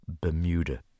Bermuda